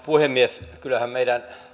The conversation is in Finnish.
puhemies kyllähän meidän